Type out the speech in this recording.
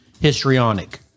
histrionic